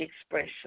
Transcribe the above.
expression